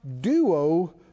duo